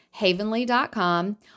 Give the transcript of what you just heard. havenly.com